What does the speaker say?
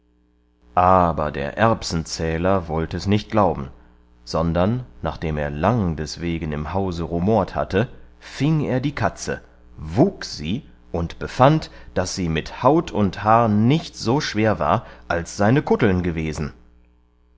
aber der erbsenzähler wollte es nicht glauben sondern nachdem er lang deswegen im hause rumort hatte fieng er die katze wug sie und befand daß sie mit haut und haar nicht so schwer war als seine kutteln gewesen